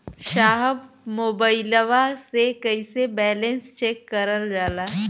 साहब मोबइलवा से कईसे बैलेंस चेक करल जाला?